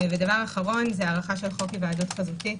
דבר אחרון, הארכה של חוק היוועדות חזותית,